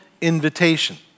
invitation